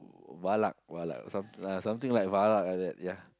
V~ Valak some ah like something like Valak like that ya